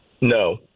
No